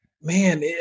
Man